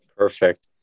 Perfect